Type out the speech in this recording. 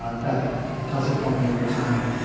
ah that does it for me every time.